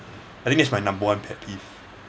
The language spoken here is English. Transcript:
I think that's my number one pet peeve